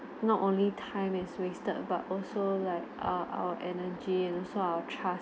not only time is wasted but also like err our energy and also our trust